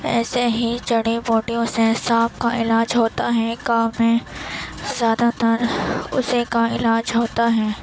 ایسے ہی جڑی بوٹیوں سے سانپ کا علاج ہوتا ہے گاؤں میں زیادہ تر اسی کا علاج ہوتا ہے